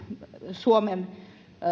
suomen